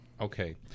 okay